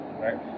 right